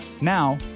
Now